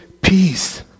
peace